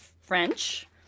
French